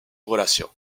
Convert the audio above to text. relation